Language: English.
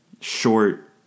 short